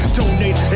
Donate